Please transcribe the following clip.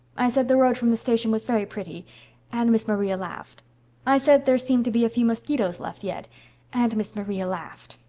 i said the road from the station was very pretty and miss maria laughed i said there seemed to be a few mosquitoes left yet and miss maria laughed.